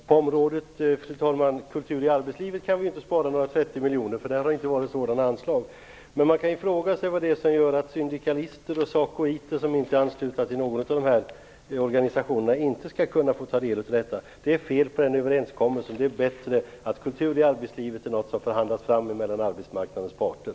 Fru talman! På anslagsposten Kultur i arbetslivet kan vi inte spara 30 miljoner, eftersom anslaget inte har varit så stort. Men man kan fråga sig vad som gör att syndikalister och SACO-medlemmar, som inte är anslutna till någon av de berörda organisationerna, inte skall kunna få del av denna verksamhet. Överenskommelsen är felaktig, och det är bättre att verksamhet med kultur i arbetslivet får förhandlas fram mellan arbetsmarknadens parter.